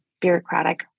bureaucratic